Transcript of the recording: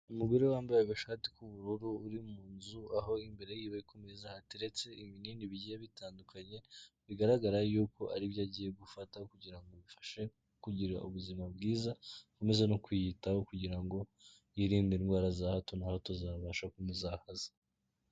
Umugore wambaye agashati k'ubururu uri mu nzu, aho imbere y'iwe ku meza hateretse ibinini bigiye bitandukanye, bigaragara yuko aribyo agiye gufata kugira ngo bimufashe kugira ubuzima bwiza, akomeza no kwiyitaho kugira ngo yirinde indwara za hato na hato zabasha kumuzahaza.